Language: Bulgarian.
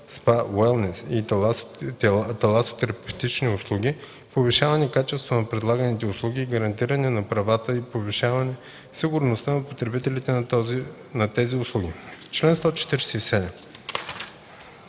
СПА, уелнес и таласотерапевтични услуги, повишаване качеството на предлаганите услуги и гарантиране на правата и повишаване сигурността на потребителите на тези услуги.”